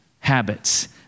habits